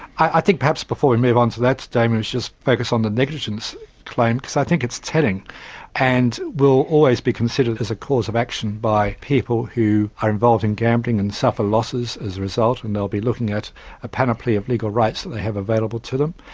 i think perhaps before we move on to that, damien, we should just focus on the negligence claim because i think it's telling and will always be considered as a cause of action by people who are involved in gambling and suffer losses as a result, and they will be looking at a panoply of legal rights that they have available to them,